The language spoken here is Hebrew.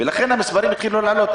לכן המספרים התחילו לעלות.